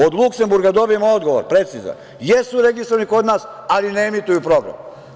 Od Luksemburga dobijem odgovor precizan - jesu registrovani kod nas, ali ne emituju program.